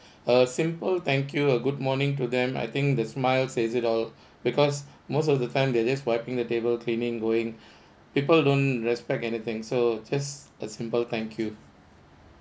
a simple thank you uh good morning to them I think the smile says it all because most of the time they just wiping the table cleaning going people don't respect anything so just a simple thank you